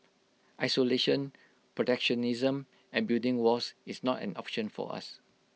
isolation protectionism and building walls is not an option for us